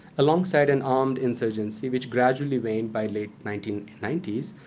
alongside an armed insurgency which gradually waned by late nineteen ninety s,